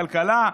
משרד הכלכלה.